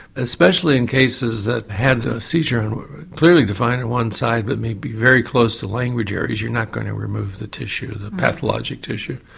especially in cases that had a seizure clearly defined to one side, but maybe very close to language areas. you're not going to remove the tissue, the pathologic tissue.